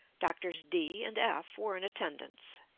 doctors d and f were in attendance.